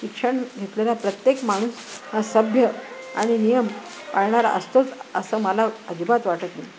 शिक्षण घेतलेला प्रत्येक माणूस हा सभ्य आणि नियम पाळणार असतोच असं मला अजिबात वाटत नाही